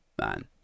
man